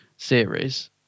series